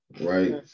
right